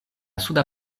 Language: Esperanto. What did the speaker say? suda